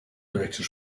director